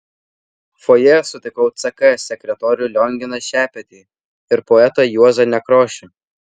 fojė sutikau ck sekretorių lionginą šepetį ir poetą juozą nekrošių